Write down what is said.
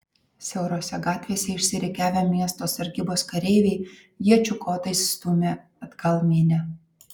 siaurose gatvėse išsirikiavę miesto sargybos kareiviai iečių kotais stūmė atgal minią